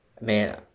man